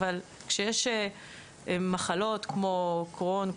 אבל כשיש מחלות כמו קרוהן,